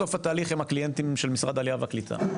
בסוף התהליך הם הקליינטים של משרד העלייה והקליטה.